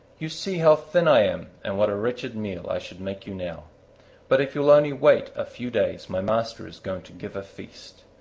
you see how thin i am and what a wretched meal i should make you now but if you will only wait a few days my master is going to give a feast.